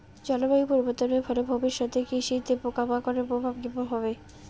জলবায়ু পরিবর্তনের ফলে ভবিষ্যতে কৃষিতে পোকামাকড়ের প্রভাব কেমন হবে?